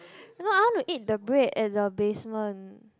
no I want to eat the bread at the basement